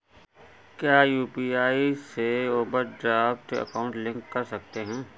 क्या यू.पी.आई से overdraft account link कर सकते हैं?